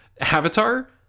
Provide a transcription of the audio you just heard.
Avatar